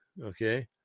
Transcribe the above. okay